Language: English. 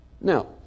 Now